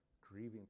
grieving